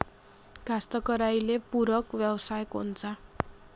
कास्तकाराइले पूरक व्यवसाय कोनचा?